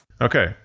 Okay